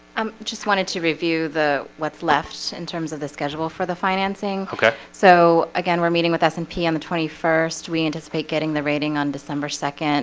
um just wanted to review the what's left in terms of the schedule for the financing. okay? so again, we're meeting with us in p m. the twenty first. we anticipate getting the rating on december second